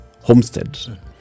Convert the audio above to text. homestead